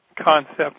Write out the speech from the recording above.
concept